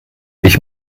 ich